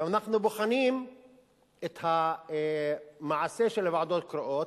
ואנחנו בוחנים את המעשה של הוועדות הקרואות.